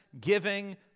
giving